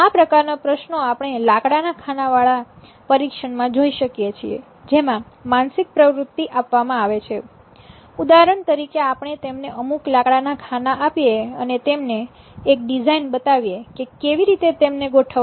આ પ્રકારના પ્રશ્નો આપણે લાકડાના ખાનાવાળા પરીક્ષણમાં જોઈ શકીએ છીએ જેમાં માનસિક પ્રવૃત્તિ આપવામાં આવે છે ઉદાહરણ તરીકે આપણે તેમને અમુક લાકડા ના ખાના આપીએ અને તેમને એક ડિઝાઇન બતાવીએ કે કેવી રીતે તેમને ગોઠવવા